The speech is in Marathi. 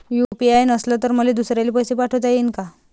यू.पी.आय नसल तर मले दुसऱ्याले पैसे पाठोता येईन का?